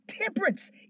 temperance